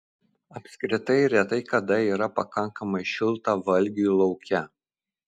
apskritai retai kada yra pakankamai šilta valgiui lauke